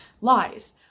lies